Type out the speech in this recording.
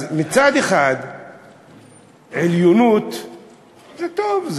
אז מצד אחד עליונות זה טוב.